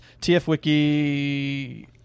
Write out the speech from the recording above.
TFWiki